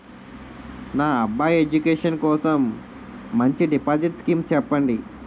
నా అబ్బాయి ఎడ్యుకేషన్ కోసం మంచి డిపాజిట్ స్కీం చెప్పండి